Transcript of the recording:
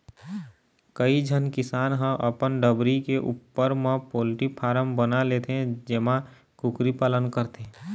कइझन किसान ह अपन डबरी के उप्पर म पोल्टी फारम बना लेथे जेमा कुकरी पालन करथे